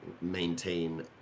maintain